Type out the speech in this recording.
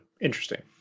interesting